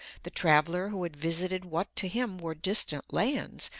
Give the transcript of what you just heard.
the traveller who had visited what to him were distant lands,